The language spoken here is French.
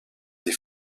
des